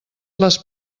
les